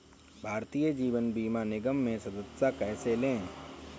भारतीय जीवन बीमा निगम में सदस्यता कैसे लें?